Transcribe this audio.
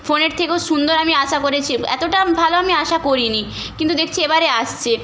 ফোনের থেকেও সুন্দর আমি আশা করেছি এতটা ভালো আমি আশা করিনি কিন্তু দেখছি এবারে আসছে